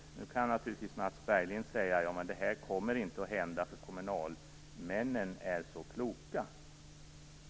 Nu kan Mats Berglind naturligtvis säga att detta inte kommer att hända, därför att kommunalmännen är så kloka.